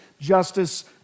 justice